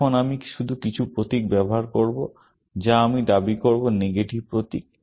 এখন আমি শুধু কিছু প্রতীক ব্যবহার করব যা আমি দাবি করব নেগেটিভ প্রতীক